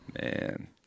Man